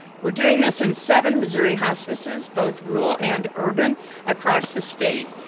we're doing this in seven missouri hospices, both rural and urban across the state.